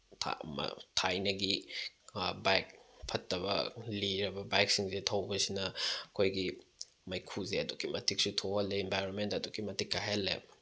ꯊꯥꯏꯅꯒꯤ ꯕꯥꯏꯛ ꯐꯠꯇꯕ ꯂꯤꯔꯕ ꯕꯥꯏꯛꯁꯤꯡꯁꯦ ꯊꯧꯕꯁꯤꯅ ꯑꯩꯈꯣꯏꯒꯤ ꯃꯩꯈꯨꯁꯦ ꯑꯗꯨꯛꯀꯤ ꯃꯇꯤꯛꯛꯁꯨ ꯊꯣꯛꯍꯜꯂꯦ ꯑꯦꯟꯚꯥꯏꯔꯣꯟꯃꯦꯟꯗ ꯑꯗꯨꯛꯀꯤ ꯃꯇꯤꯛ ꯀꯥꯏꯍꯜꯂꯦ